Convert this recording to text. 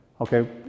Okay